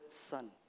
Son